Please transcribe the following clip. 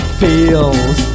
feels